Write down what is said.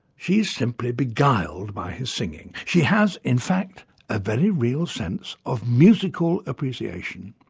she's simply beguiled by his singing. she has in fact a very real sense of musical appreciation.